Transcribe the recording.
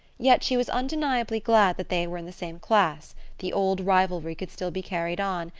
yet she was undeniably glad that they were in the same class the old rivalry could still be carried on,